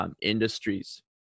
industries